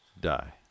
Die